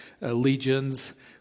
legions